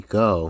go